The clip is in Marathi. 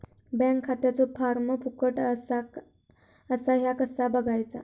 बँक खात्याचो फार्म फुकट असा ह्या कसा बगायचा?